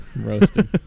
roasted